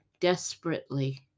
desperately